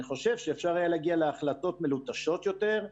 אני חושב שאפשר היה להגיע להחלטות מלוטשות יותר,